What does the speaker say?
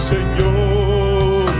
Señor